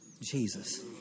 Jesus